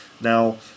Now